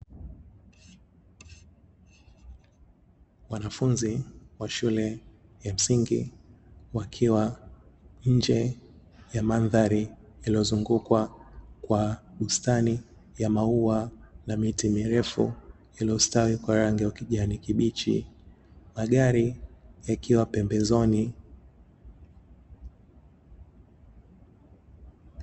Wanafunzi wa shule ya msingi wakiwa nje ya mandhari, yaliyozungukwa kwa bustani ya maua na miti mirefu iliyostawi, kwa rangi ya kijani kibichi magari yakiwa pembezoni.